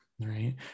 Right